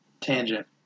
tangent